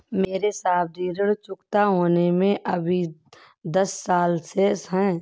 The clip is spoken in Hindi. मेरे सावधि ऋण चुकता होने में अभी दस वर्ष शेष है